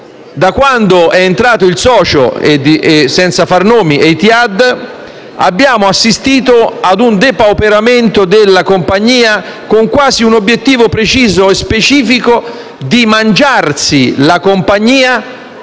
Da quando è entrato il socio (senza far nomi: Etihad) abbiamo assistito a un depauperamento della compagnia, quasi con l'obiettivo preciso e specifico di mangiarsi la compagnia,